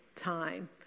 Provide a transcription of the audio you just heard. time